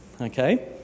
okay